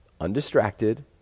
undistracted